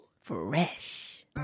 Fresh